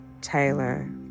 Taylor